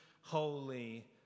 holy